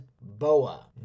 Boa